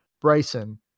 Bryson